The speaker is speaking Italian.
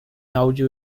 audio